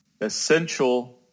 essential